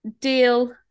deal